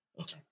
Okay